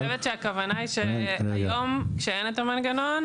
אני חושבת שהכוונה היא שהיום כשאין את המנגנון,